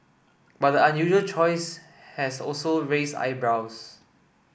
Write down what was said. but the unusual choice has also raised eyebrows